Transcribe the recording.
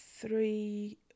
three